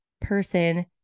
person